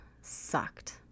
sucked